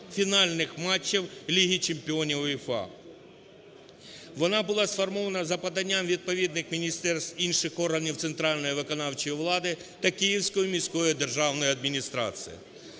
фінальних матчів Ліги чемпіонів УЄФА. Вона була сформована за поданням відповідних міністерств, інших органів центральної виконавчої влади та Київської міської державної адміністрації.